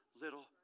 little